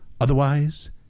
Otherwise